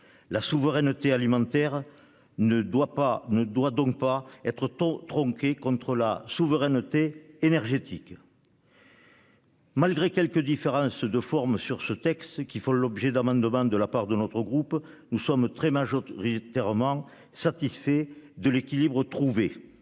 La souveraineté alimentaire ne doit donc pas être troquée contre la souveraineté énergétique. Malgré quelques différences de forme sur ce texte, qui ont donné lieu au dépôt d'amendements par notre groupe, nous sommes très majoritairement satisfaits de l'équilibre trouvé.